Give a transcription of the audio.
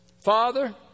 Father